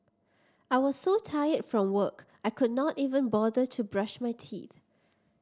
I was so tired from work I could not even bother to brush my teeth